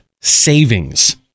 Savings